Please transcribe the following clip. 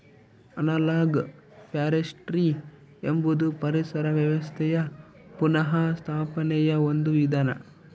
analogue forestry ಎಂಬುದು ಪರಿಸರ ವ್ಯವಸ್ಥೆಯ ಪುನಃಸ್ಥಾಪನೆಯ ಒಂದು ವಿಧಾನ